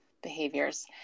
behaviors